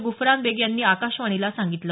गुफरान बेग यांनी आकाशवाणीला सांगितलं